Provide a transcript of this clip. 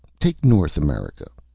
take north america.